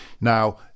Now